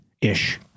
Ish